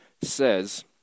says